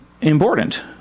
important